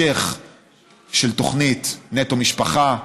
וזה כמובן עם ההמשך של התוכנית נטו משפחה,